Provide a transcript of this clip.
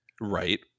Right